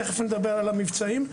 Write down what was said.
תיכף נדבר על המבצעים.